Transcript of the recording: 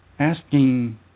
asking